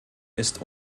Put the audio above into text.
ist